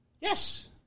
Yes